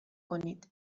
کنید